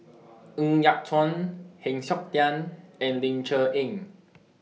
Ng Yat Chuan Heng Siok Tian and Ling Cher Eng